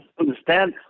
understand